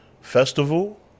festival